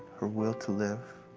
her will to live,